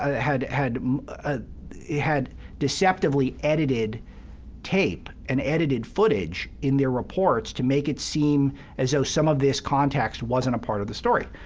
ah had had ah had deceptively edited tape and edited footage in their reports to make it seem as though some of this context wasn't a part of the story.